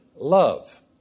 love